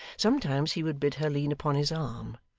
sometimes he would bid her lean upon his arm,